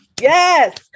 Yes